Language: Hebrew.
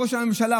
ראש הממשלה,